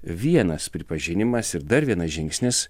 vienas pripažinimas ir dar vienas žingsnis